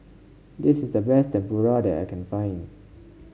this is the best Tempura that I can find